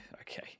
okay